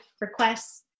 requests